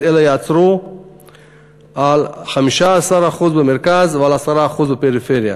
אלא ייעצרו על 15% במרכז ו-10% בפריפריה.